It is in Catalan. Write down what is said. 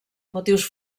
motius